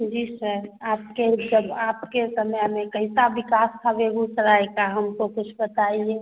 जी sir आपके जब आपके समय में कैसा विकास था बेगूसराय का हमको कुछ बताइए